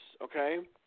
Okay